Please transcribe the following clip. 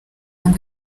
ngo